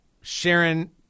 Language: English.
Sharon